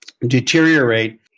deteriorate